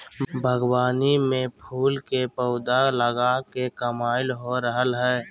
बागवानी में फल के पौधा लगा के कमाई हो रहल हई